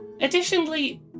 Additionally